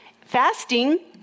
Fasting